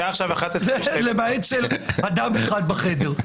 למעט של אדם אחד בחדר.